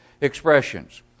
expressions